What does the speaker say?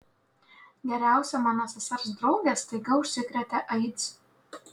geriausia mano sesers draugė staiga užsikrėtė aids